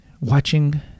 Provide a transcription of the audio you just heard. watching